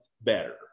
better